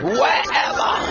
wherever